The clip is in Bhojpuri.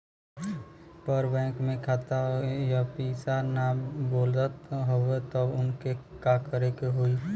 पर बैंक मे खाता मे पयीसा ना बा बोलत हउँव तब हमके का करे के होहीं?